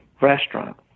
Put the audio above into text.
restaurant